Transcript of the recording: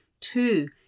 Two